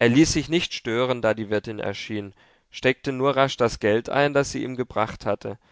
er ließ sich nicht stören da die wirtin erschien steckte nur rasch das geld ein das sie ihm gebracht hatte